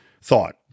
thought